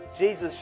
Jesus